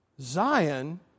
Zion